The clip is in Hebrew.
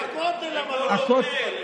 בכותל המערבי.